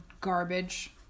garbage